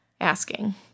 asking